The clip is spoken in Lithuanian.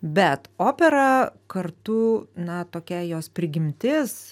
bet opera kartu na tokia jos prigimtis